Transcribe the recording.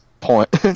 point